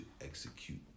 execute